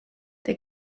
der